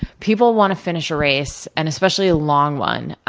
people wanna finish a race, and especially a long one,